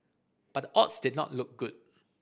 but the odds did not look good